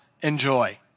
enjoy